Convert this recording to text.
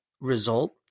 result